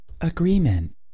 agreement